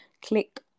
click